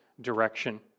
direction